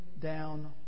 down